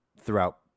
throughout